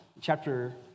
chapter